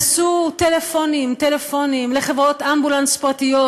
עצוב מאוד, תמיד פרידה.